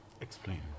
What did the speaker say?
Explain